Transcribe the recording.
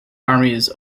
armies